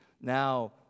now